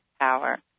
power